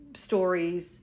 stories